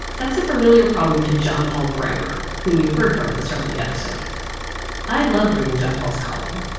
that's a familiar problem to john paul brammer, whom you heard from at the start of the episode i love reading john paul's column.